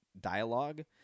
dialogue